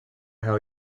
how